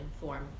form